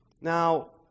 Now